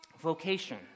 vocation